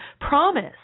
promise